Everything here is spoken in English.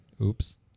Oops